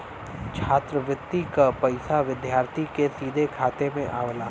छात्रवृति क पइसा विद्यार्थी के सीधे खाते में आवला